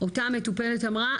אותה מטופלת אמרה,